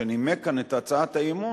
שנימק כאן את הצעת האי-אמון,